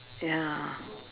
ya